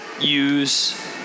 use